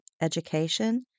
education